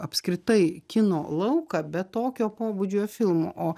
apskritai kino lauką be tokio pobūdžio filmų o